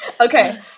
Okay